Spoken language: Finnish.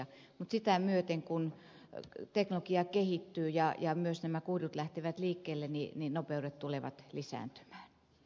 mutta sitä myöten kun teknologia kehittyy ja myös nämä kuidut lähtevät liikkeelle nopeudet tulevat lisääntymään